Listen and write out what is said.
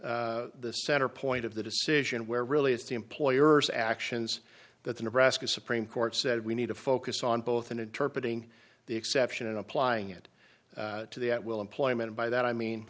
being the center point of the decision where really it's the employer's actions that the nebraska supreme court said we need to focus on both and interpret ing the exception and applying it to the at will employment by that i mean